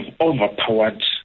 overpowered